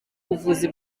ubuvuzi